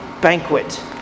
banquet